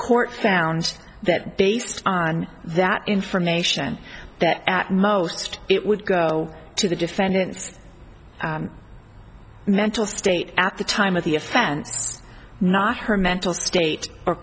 court found that based on that information that at most it would go to the defendant's mental state at the time of the offense not her mental state or